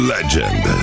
Legend